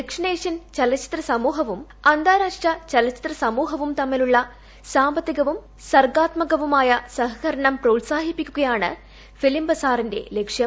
ദക്ഷിണേഷ്യൻ ചലച്ചിത്ര സമൂഹവും അന്താരാഷ്ട്ര ചലച്ചിത്ര തമ്മിലുള്ള സാമ്പത്തികവും സർഗ്ഗാത്മകവുമായ സഹകരണം പ്രോത്സാഹിപ്പിക്കുകയാണ് ഫിലിം ബസാറിന്റെ ലക്ഷ്യം